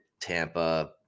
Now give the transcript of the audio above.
Tampa